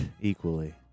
equally